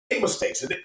mistakes